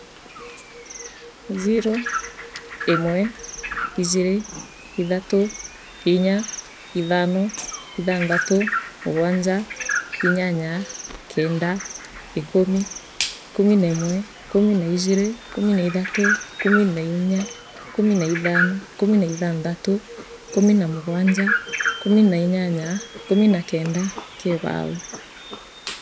Zero imwe ijiri ithatu inya ithano ithanthatu mugwanja inyanya kenda ikumi ikumi neemwe ikumi naijiri ikumi naithatu ikumi nainya ikumi naithano ikumi naithanthatu ikumi na mugwanja ikumi nainyanya ikumi na kenda kiibau.